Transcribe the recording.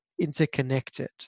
interconnected